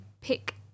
pick